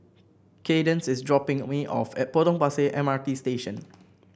Kaydence is dropping me off at Potong Pasir M R T Station